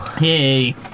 Yay